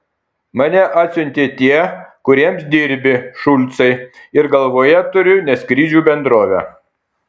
mane atsiuntė tie kuriems dirbi šulcai ir galvoje turiu ne skrydžių bendrovę